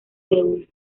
seúl